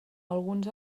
alguns